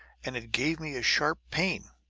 and it gave me a sharp pain.